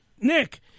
Nick